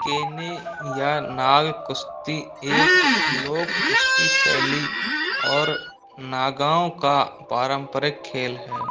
केने या नाग कुश्ती एक लोक कुश्ती शैली और नागाओं का पारंपरिक खेल है